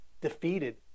defeated